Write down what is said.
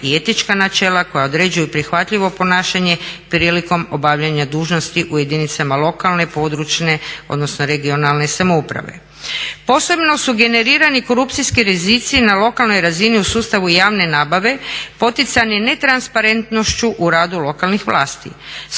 i etička načela koja određuju prihvatljivo ponašanje prilikom obavljanja dužnosti u jedinicama lokalne, područne odnosno regionalne samouprave. Posebno su generirani korupcijski rizici na lokalnoj razini u sustavu javne nabave poticani ne transparentnošću u radu lokalnih vlasti,